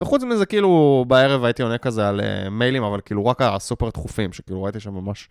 וחוץ מזה כאילו בערב הייתי עונה כזה על מיילים אבל כאילו רק על הסופר דחופים שכאילו הייתי שם ממש